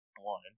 one